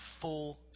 full